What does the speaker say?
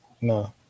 No